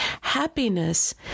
happiness